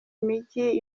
mijyi